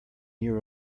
year